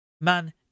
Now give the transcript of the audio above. Man